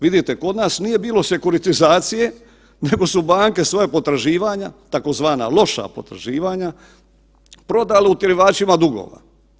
Vidite, kod nas nije bilo sekuritizacije nego su banke svoja potraživanja tzv. loša potraživanja prodale utjerivačima dugova.